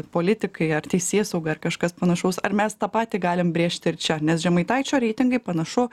politikai ar teisėsauga ar kažkas panašaus ar mes tą patį galim brėžt ir čia nes žemaitaičio reitingai panašu